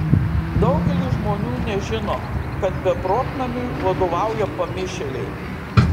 daugelis žmonių nežino kad beprotnamiui vadovauja pamišėliai